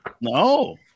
No